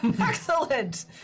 Excellent